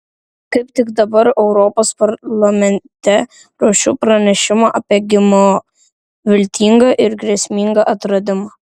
kaip tik dabar europos parlamente ruošiu pranešimą apie gmo viltingą ir grėsmingą atradimą